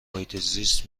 محیطزیست